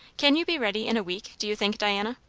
can you be ready in a week, do you think, diana?